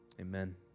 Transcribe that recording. Amen